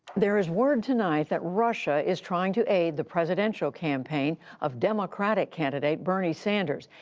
there is word tonight that russia is trying to aid the presidential campaign of democratic candidate bernie sanders,